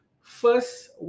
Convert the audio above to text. First